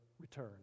return